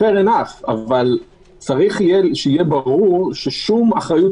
fair enough אבל צריך שיהיה ברור ששום אחריות